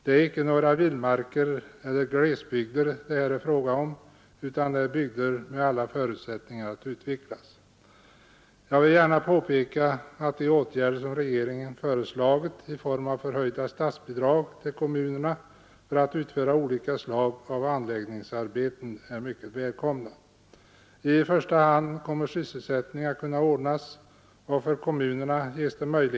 Det är icke några vildmarker eller fe” glesbygder det här är fråga om, utan det är bygder med alla förutsättningar att utvecklas. Jag vill gärna påpeka att de åtgärder som regeringen föreslagit i form av förhöjda statsbidrag till kommunerna för att utföra olika slag av anläggningsarbeten är mycket välkomna. I första hand kommer sysselsättning att kunna ordnas, och för kommunerna ges det möjli.